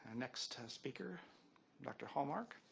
ah next speaker dr. hallmark.